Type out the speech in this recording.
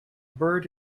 bird